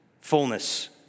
fullness